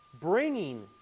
bringing